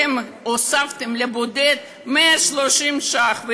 אתם הוספתם לבודד 130 שקל,